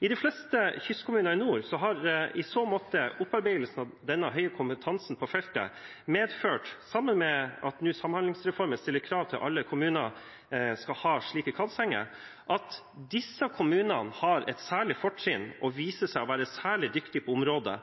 I de fleste kystkommunene i nord har i så måte opparbeidelsen av denne høye kompetansen på feltet medført, sammen med at Samhandlingsreformen nå stiller krav til at alle kommuner skal ha slike KAD-senger, at disse kommunene har et særlig fortrinn og viser seg å være særlig dyktige på området.